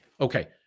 okay